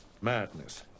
Madness